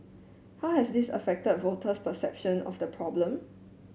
how has this affected voters perception of the problem